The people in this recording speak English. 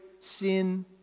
sin